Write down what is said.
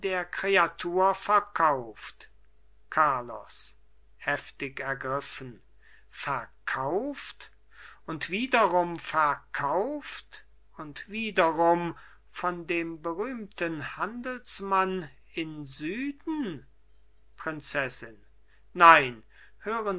kreatur verkauft carlos heftig ergriffen verkauft und wiederum verkauft und wiederum von dem berühmten handelsmann in süden prinzessin nein hören